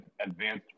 advanced